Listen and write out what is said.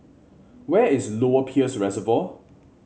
where is Lower Peirce Reservoir